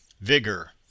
Vigor